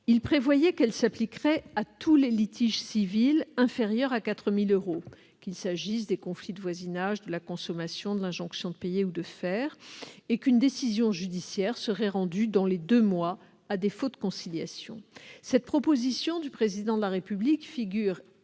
Il prévoyait qu'elle s'appliquerait à tous les litiges civils inférieurs à 4 000 euros, qu'il s'agisse des conflits de voisinage, de la consommation, d'injonctions de payer ou de faire, et qu'une décision judiciaire serait rendue dans les deux mois, à défaut de conciliation. Cette proposition du Président de la République figure également